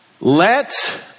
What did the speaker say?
Let